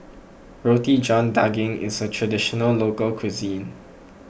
Roti John Daging is a Traditional Local Cuisine